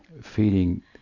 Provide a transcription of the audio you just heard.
feeding